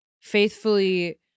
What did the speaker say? faithfully